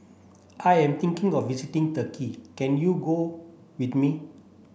I am thinking of visiting Turkey can you go with me